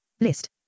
List